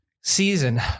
season